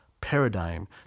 paradigm